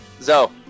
Zo